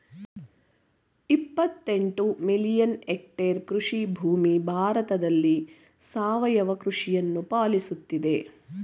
ಇಪ್ಪತ್ತೆಂಟು million hectare ಕೃಷಿಭೂಮಿ ಭಾರತದಲ್ಲಿ ಸಾವಯವ ಕೃಷಿಯನ್ನು ಪಾಲಿಸುತ್ತಿದೆ